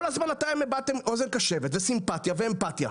אתם כל הזמן הבעתם אוזן קשבת, סימפטיה ואמפתיה,